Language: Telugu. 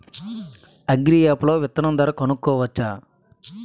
అగ్రియాప్ లో విత్తనం ధర కనుకోవచ్చా?